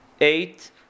eight